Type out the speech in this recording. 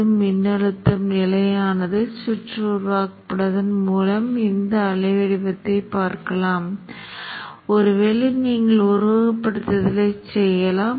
அது நிலையான நிலையை அடைந்த பிறகு நீங்கள் நிலையான நிலை மதிப்பைக் குறிப்பிட்டு அதை ஆரம்ப நிலைகளாகக் கொடுத்து அந்த ஆரம்ப நிலைகளுடன் உருவகப்படுத்துதலைச் செய்யலாம்